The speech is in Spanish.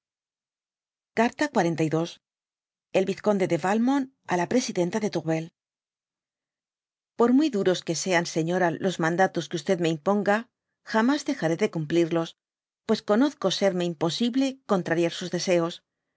carta xm bl vizconde de fabnont á la presidenta de tounel por muy duros que sean señora los mandatos que me imponga jamas dejaré de cumplirlos pues oobosco serme inq osible contrariar sus deeos